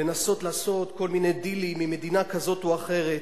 לנסות לעשות כל מיני דילים עם מדינה כזאת או אחרת.